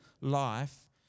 life